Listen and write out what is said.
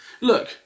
Look